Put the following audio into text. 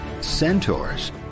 centaurs